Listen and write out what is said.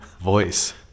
voice